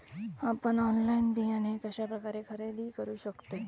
आपन ऑनलाइन बियाणे कश्या प्रकारे खरेदी करू शकतय?